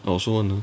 I also want ah